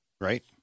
Right